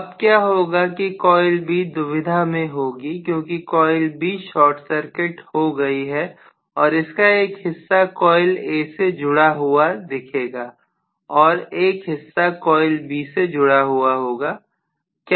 अब क्या होगा कि कॉइल B दुविधा में होगी क्योंकि कॉइल B शॉर्ट सर्किट हो गई है और इसका एक हिस्सा कॉइल A से जुड़ा हुआ दिखेगा और एक हिस्सा कॉइल B से जुड़ा हुआ होगा